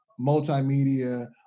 multimedia